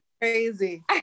crazy